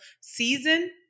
season